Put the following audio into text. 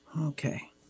Okay